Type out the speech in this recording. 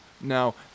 Now